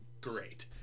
great